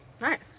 Nice